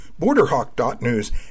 Borderhawk.news